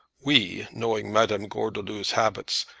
we, knowing madame gordeloup's habits,